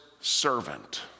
servant